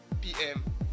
pm